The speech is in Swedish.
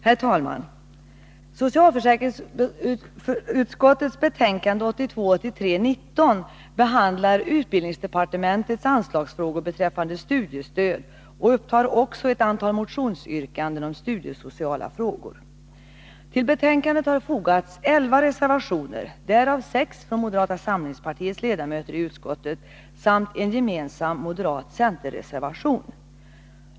Herr talman! Socialförsäkringsutskottets betänkande 1982/83:19 behandlar utbildningsdepartementets anslagsfrågor beträffande studiestöd och upptar till behandling också ett antal motionsyrkanden om studiesociala frågor. Till betänkandet har fogats elva reservationer, varav sex från moderata samlingspartiets ledamöter i utskottet samt en gemensam moderat-centerreservation.